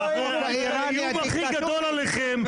לא היינו --- האיום הכי גדול עליכם,